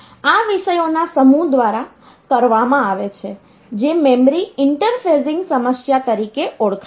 આ વિષયોના સમૂહ દ્વારા કરવામાં આવે છે જે મેમરી ઇન્ટરફેસિંગ સમસ્યા તરીકે ઓળખાય છે